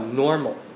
normal